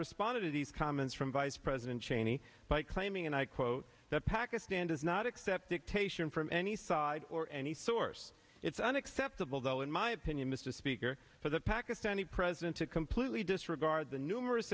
responded to these comments from vice president cheney by claiming and i quote that pakistan does not accept dictation from any side or any source it's unacceptable though in my opinion mr speaker for the pakistani president to completely disregard the numerous